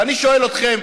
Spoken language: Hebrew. ואני שואל אתכם,